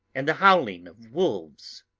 and the howling of wolves.